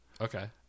Okay